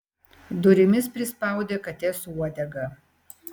durimis prispaudė katės uodegą